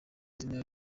izina